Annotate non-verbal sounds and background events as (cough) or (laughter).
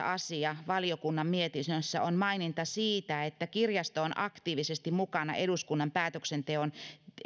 (unintelligible) asia valiokunnan mietinnössä on maininta siitä että kirjasto on aktiivisesti mukana eduskunnan päätöksenteon